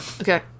Okay